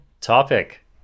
topic